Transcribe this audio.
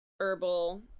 Herbal